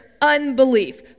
unbelief